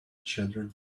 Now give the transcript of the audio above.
children